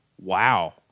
Wow